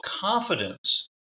confidence